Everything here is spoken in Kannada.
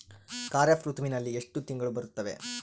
ಖಾರೇಫ್ ಋತುವಿನಲ್ಲಿ ಎಷ್ಟು ತಿಂಗಳು ಬರುತ್ತವೆ?